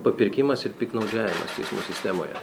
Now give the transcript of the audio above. papirkimas ir piktnaudžiavimas teismų sistemoje